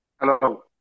Hello